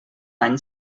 any